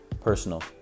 personal